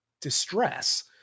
distress